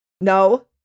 no